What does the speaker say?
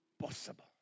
possible